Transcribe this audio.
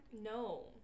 No